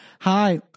hi